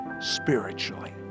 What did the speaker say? spiritually